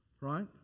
right